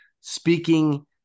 speaking